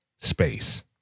space